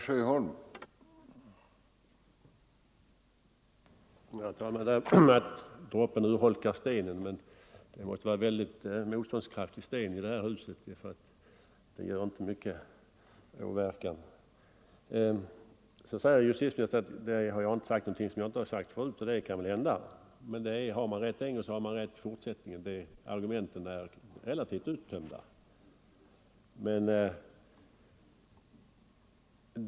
Herr talman! Droppen urholkar stenen, heter det ju, men det måste vara en väldigt motståndskraftig sten i det här huset, för dropparna har inte haft mycken verkan. Justitieministern påstår att jag nu inte har sagt någonting som jag inte har sagt förut. Det är möjligt, men har man rätt en gång så har man rätt i fortsättningen. Argumenten är relativt uttömda.